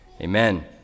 Amen